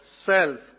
self